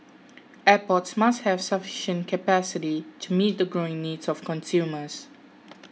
airports must have sufficient capacity to meet the growing needs of consumers